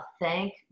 thank